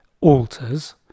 alters